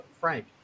Frank